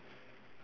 okay